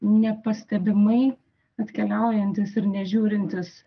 nepastebimai atkeliaujantis ir nežiūrintis